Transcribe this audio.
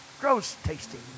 gross-tasting